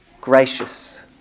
gracious